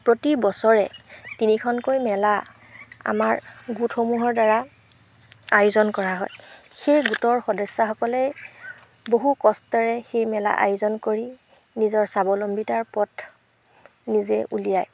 প্ৰতি বছৰে তিনিখনকৈ মেলা আমাৰ গোটসমূহৰদ্বাৰা আয়োজন কৰা হয় সেই গোটৰ সদস্যাসকলেই বহু কষ্টৰে সেই মেলা আয়োজন কৰি নিজৰ স্বাৱলম্বিতাৰ পথ নিজে উলিয়ায়